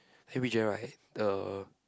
then we dreamt right the